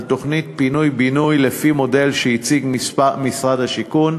תוכנית פינוי-בינוי לפי מודל שהציג משרד השיכון,